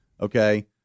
okay